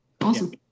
awesome